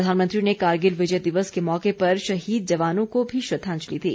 प्रधानमंत्री ने कारगिल विजय दिवस के मौके पर शहीद जवानों को भी श्रद्वांजलि दी